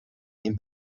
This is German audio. ihm